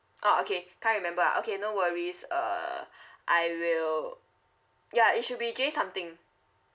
orh okay can't remember ah okay no worries uh I will ya it should be J something